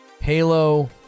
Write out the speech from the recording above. Halo